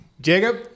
Jacob